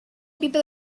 people